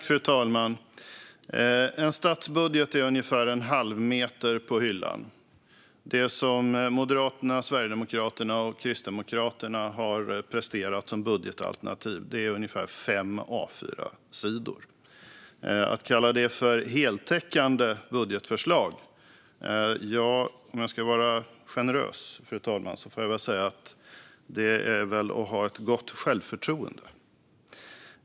Fru talman! En statsbudget är ungefär en halvmeter på hyllan. Det budgetalternativ som Moderaterna, Sverigedemokraterna och Kristdemokraterna har presterat är ungefär fem A4-sidor. Att kalla det för ett heltäckande budgetförslag får jag väl säga - om jag ska vara generös, fru talman - är att ha gott självförtroende.